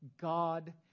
God